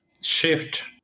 shift